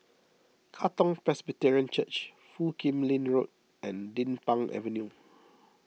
Katong Presbyterian Church Foo Kim Lin Road and Din Pang Avenue